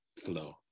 flow